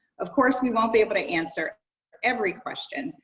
of course we won't be able to answer every question,